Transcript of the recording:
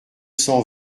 cent